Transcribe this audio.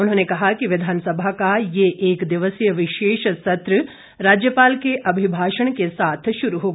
उन्होंने कहा कि विधानसभा का ये एक दिवसीय विशेष सत्र राज्यपाल के अभिभाषण के साथ शुरू होगा